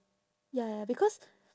ya ya because